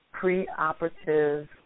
preoperative